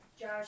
Josh